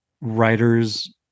writers